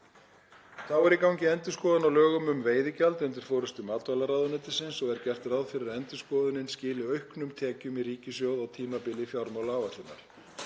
Þá er í gangi endurskoðun á lögum um veiðigjald undir forystu matvælaráðuneytisins og er gert ráð fyrir að endurskoðunin skili auknum tekjum í ríkissjóð á tímabili fjármálaáætlunar.